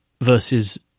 versus